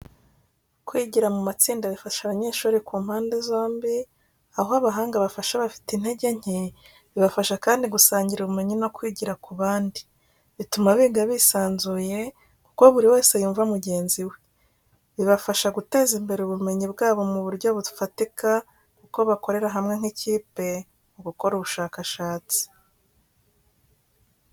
Kwigira mu matsinda bifasha abanyeshuri ku mpande zombi aho abahanga bafasha abafite intege nke, bibafasha kandi gusangira ubumenyi no kwigira ku bandi. Bituma biga bisanzuye kuko buri wese yumva mugenzi we. Bibafasha guteza imbere ubumenyi bwabo mu buryo bufatika kuko bakorera hamwe nk’ikipe mu gukora ubushakashatsi.